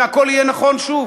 והכול יהיה נכון שוב.